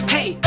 Hey